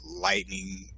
lightning